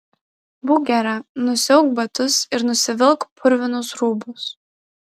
būk gera nusiauk batus ir nusivilk purvinus rūbus